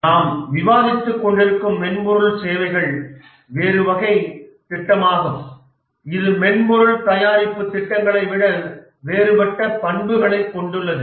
நாம் விவாதித்து கொண்டிருக்கும் மென்பொருள் சேவைகள் வேறு வகை திட்டமாகும் இது மென்பொருள் தயாரிப்பு திட்டங்களை விட வேறுபட்ட பண்புகளைக் கொண்டுள்ளது